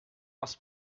was